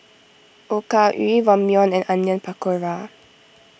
Okayu Ramyeon and Onion Pakora